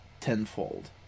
tenfold